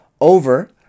over